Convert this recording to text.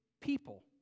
people